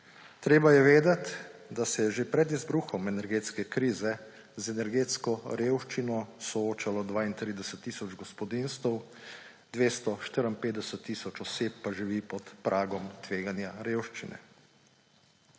Treba je vedeti, da se je že pred izbruhom energetske krize z energetsko revščino soočalo 32 tisoč gospodinjstev, 254 tisoč oseb pa živi pod pragom tveganja revščine.